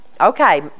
Okay